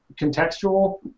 contextual